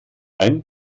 ein